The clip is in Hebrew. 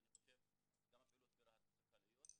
אני חושב שגם הפעילות ברהט צריכה להיות.